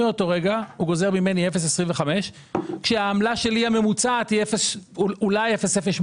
מאותו רגע הוא גוזר ממני 0.25 כשהעמלה שלי הממוצעת היא אולי 0.08